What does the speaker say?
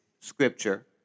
scripture